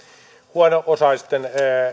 huono osaisten